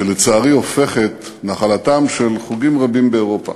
שלצערי הופכת נחלתם של חוגים רבים באירופה.